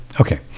okay